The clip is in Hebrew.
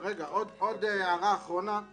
הערה אחרונה היא